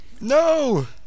No